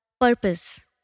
purpose